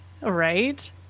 Right